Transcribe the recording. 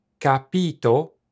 capito